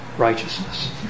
righteousness